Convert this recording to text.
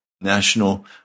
National